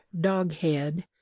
Doghead